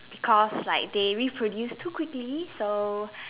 because they like reproduce too quickly so